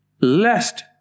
Lest